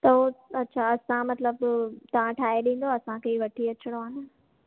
त अच्छा तव्हां मतलबु तव्हां ठाइ ॾींदौ असांखे ई वठी अचिणो आहे न